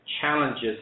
challenges